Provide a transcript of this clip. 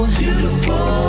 beautiful